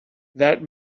that